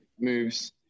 moves